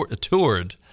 toured